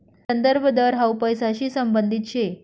संदर्भ दर हाउ पैसांशी संबंधित शे